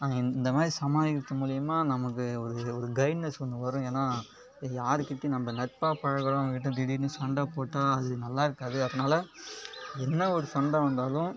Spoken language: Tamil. இந்த மாதிரி சமாளிக்கிறது மூலிமா நமக்கு ஒரு ஒரு கைட்னஸ் ஒன்று வரும் ஏன்னால் யாருகிட்டேயும் நம்ம நட்பாக பழகிறவங்ககிட்ட திடீர்ன்னு சண்ட போட்டால் அது நல்லாயிருக்காது அதனால என்ன ஒரு சண்டை வந்தாலும்